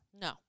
no